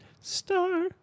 Star